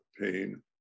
pain